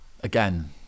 again